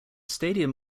stadium